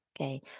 okay